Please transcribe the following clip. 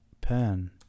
pen